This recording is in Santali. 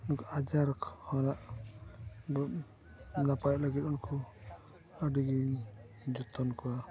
ᱟᱡᱟᱨ ᱠᱷᱚᱱᱟᱜ ᱵᱚ ᱜᱟᱯᱟᱭ ᱞᱟᱹᱜᱤᱫ ᱩᱱᱠᱩ ᱟᱹᱰᱤ ᱜᱮᱧ ᱡᱚᱛᱚᱱ ᱠᱚᱣᱟ